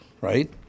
right